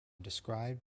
described